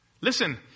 Listen